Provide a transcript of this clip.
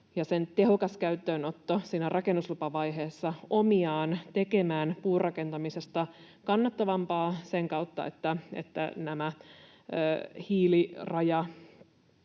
sen tehokas käyttöönotto siinä rakennuslupavaiheessa olisi ollut omiaan tekemään puurakentamisesta kannattavampaa sen kautta, että näiden